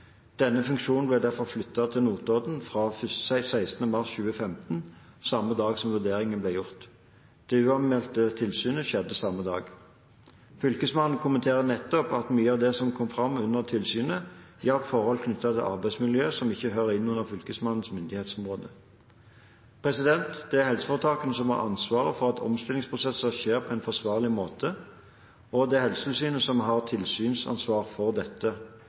Denne funksjonen ble derfor flyttet til Notodden fra 16. mars 2015, samme dag som vurderingen ble gjort. Det uanmeldte tilsynet skjedde samme dag. Fylkesmannen kommenterer nettopp at mye av det som kom fram under tilsynet, gjaldt forhold knyttet til arbeidsmiljø, som ikke hører inn under Fylkesmannens myndighetsområde. Det er helseforetakene som har ansvaret for at omstillingsprosesser skjer på en forsvarlig måte, og det er Helsetilsynet som har tilsynsansvar for dette.